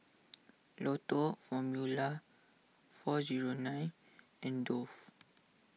Lotto Formula four zero nine and Dove